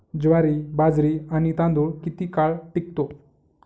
ज्वारी, बाजरी आणि तांदूळ किती काळ टिकतो?